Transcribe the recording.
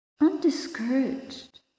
undiscouraged